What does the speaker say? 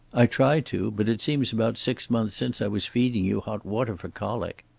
i try to. but it seems about six months since i was feeding you hot water for colic.